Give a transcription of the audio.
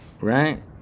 right